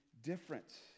different